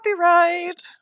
copyright